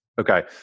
Okay